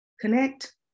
connect